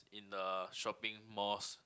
in the shopping malls